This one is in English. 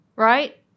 Right